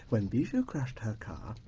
when bijou crashed her car,